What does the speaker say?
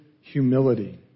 humility